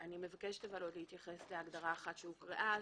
אני מבקשת להתייחס לעוד הגדרה אחת שהוקראה.